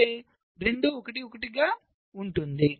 అంటే రెండూ 11 గా ఉంటుంది